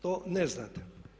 To ne znate.